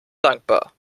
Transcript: dankbar